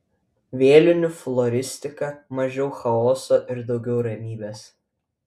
vėlinių floristika mažiau chaoso ir daugiau ramybės